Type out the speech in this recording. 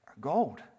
Gold